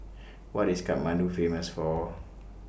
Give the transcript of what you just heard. What IS Kathmandu Famous For